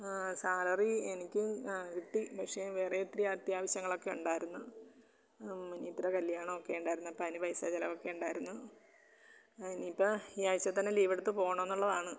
ആ സാലറി എനിക്കും ആ കിട്ടി പക്ഷേ വേറെ ഇത്തിരി അത്യാവശ്യങ്ങളൊക്കെ ഉണ്ടായിരുന്നു അനിയത്തീടെ കല്യാണമൊക്കെ ഉണ്ടായിരുന്നു അപ്പം അതിന് പൈസ ചിലവൊക്കെ ഉണ്ടായിരുന്നു ആ ഇനീപ്പം ഈ ആഴ്ചത്തന്നെ ലീവെടുത്ത് പോണമെന്നുള്ളതാണ്